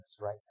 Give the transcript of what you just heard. right